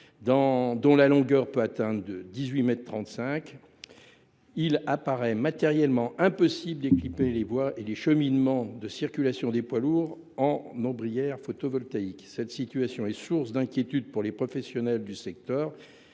dont la longueur peut atteindre 18,35 mètres, il paraît matériellement impossible d’équiper les voies et les cheminements de circulation de ces véhicules en ombrières photovoltaïques. Cette situation est source d’inquiétude pour les professionnels du secteur,